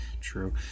true